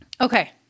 Okay